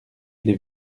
les